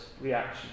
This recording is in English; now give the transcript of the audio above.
reaction